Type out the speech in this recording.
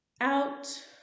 out